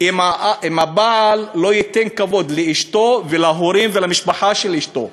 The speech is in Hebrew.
אם הבעל לא ייתן כבוד לאשתו ולהורים ולמשפחה של אשתו?